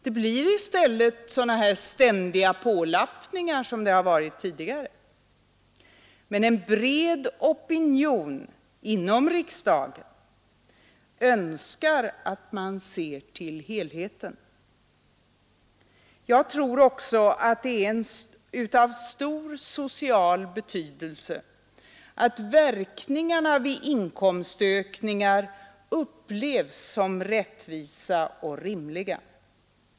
Det blir i stället sådana här ständiga pålappningar som det varit tidigare. Men en bred opinion inom riksdagen önskar att man ser till helheten. Jag tror också att det är av stor social betydelse att verkningarna vid inkomstökningar upplevs som rättvisa och rimliga.